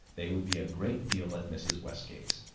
they would be a great deal at mrs. westgate's.